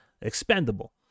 expendable